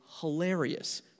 hilarious